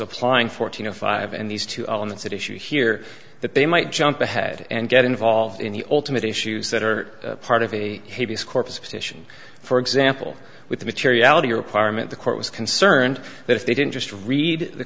applying fourteen zero five and these two elements that issue here that they might jump ahead and get involved in the ultimate issues that are part of a hideous corpus petition for example with the materiality or apartment the court was concerned that if they didn't just read the